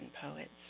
poets